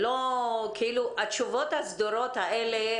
התשובות הסדורות האלה